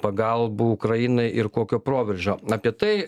pagalbų ukrainai ir kokio proveržio apie tai